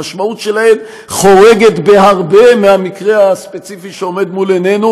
המשמעות שלהן חורגת בהרבה מהמקרה הספציפי שעומד מול עינינו,